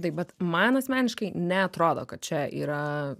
taip bet man asmeniškai neatrodo kad čia yra